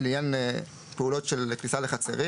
באותו עמוד, לעניין פעולות של כניסה לחצרים,